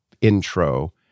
intro